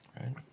right